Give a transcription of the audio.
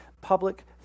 public